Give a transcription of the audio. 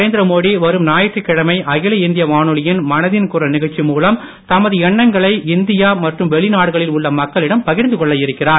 நரேந்திர மோடி வரும் ஞாயிற்றுக்கிழமை அகில இந்திய வானொலியின் மனதின் குரல் நிகழ்ச்சி மூலம் தமது எண்ணங்களை இந்தியா மற்றும் வெளிநாடுகளில் உள்ள மக்களிடம் பகிர்ந்து கொள்ள இருக்கிறார்